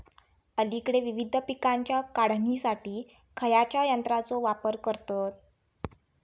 अलीकडे विविध पीकांच्या काढणीसाठी खयाच्या यंत्राचो वापर करतत?